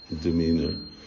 demeanor